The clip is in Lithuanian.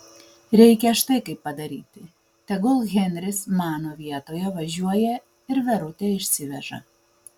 reikia štai kaip padaryti tegul henris mano vietoje važiuoja ir verutę išsiveža